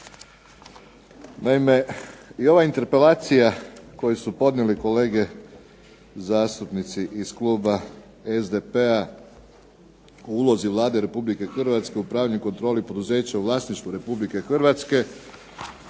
Naime, i ova interpelacija koju su podnijele kolege zastupnici iz kluba SDP-a o ulozi Vlade Republike Hrvatske o upravljanju i kontroli poduzeća u vlasništvu Republike Hrvatske